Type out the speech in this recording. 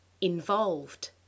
Involved